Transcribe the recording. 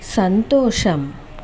సంతోషం